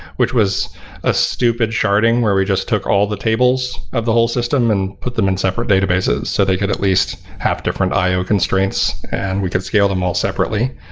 which was a stupid sharding where we just took all the tables of the whole system and put them in separate databases so they could at least have different i o constraints and we could scale them all separately.